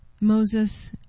Moses